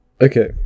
okay